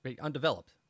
Undeveloped